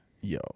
Yo